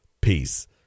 Peace